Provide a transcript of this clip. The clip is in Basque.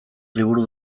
liburu